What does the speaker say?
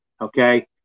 Okay